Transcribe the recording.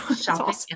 Shopping